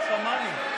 שמענו.